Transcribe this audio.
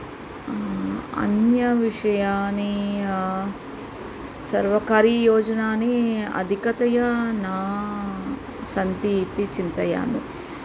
अन्यविषयानि सर्वकारीययोजनानि अधिकतया न सन्ति इति चिन्तयामि